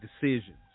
decisions